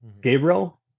Gabriel